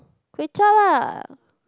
kway-chap lah